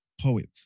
poet